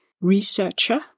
researcher